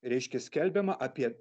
reiškia skelbiama apie